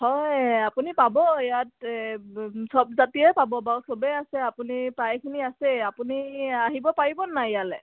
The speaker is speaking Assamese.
হয় আপুনি পাব ইয়াত চব জাতিয়ে পাব বাৰু চবেই আছে আপুনি প্ৰায়খিনি আছে আপুনি আহিব পাৰিব নাই ইয়ালৈ